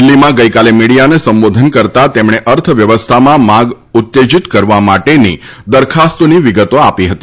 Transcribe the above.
દિલ્હીમાં ગઈકાલે મીડિયાને સંબોધન કરતાં તેમણે અર્થવ્યવસ્થામાં માંગ ઉત્તેજીત કરવા માટેની દરખાસ્તોની વિગતો આપી હતી